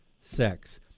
sex